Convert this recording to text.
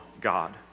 God